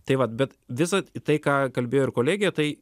tai vat bet visad į tai ką kalbėjo ir kolegė tai